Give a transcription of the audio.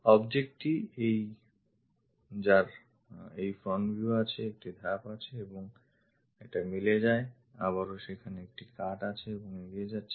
object টি যার এই front view আছে একটি ধাপ আছে এবং এটা মিলে যায় আবারও সেখানে একটি কাট আছে এবং এগিয়ে যাচ্ছে